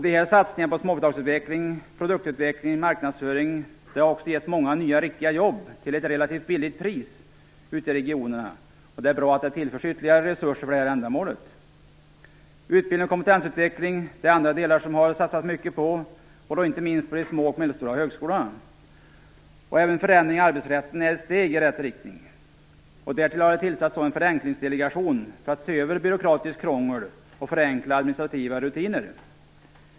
De här satsningarna på småföretagsutveckling, produktutveckling och marknadsföring har gett många nya riktiga jobb till ett relativt lågt pris ute i regionerna. Det är bra att det tillförts ytterligare resurser för detta ändamål. Utbildning och kompetensutveckling är andra delar som det har satsats mycket på, inte minst på de små och medelstora högskolorna. Även förändringen av arbetsrätten är steg i rätt riktning. Därtill har det tillsatts en förenklingsdelegation för att se över byråkratiskt krångel och för att förenkla administrativa rutiner.